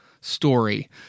story